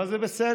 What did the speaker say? אבל זה בסדר.